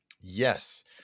Yes